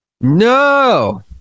No